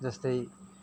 जस्तै